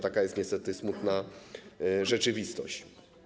Taka jest niestety smutna rzeczywistość.